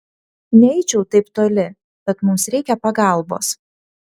neeičiau taip toli bet mums reikia pagalbos